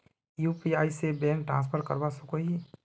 UPI से bank transfer करवा सकोहो ही?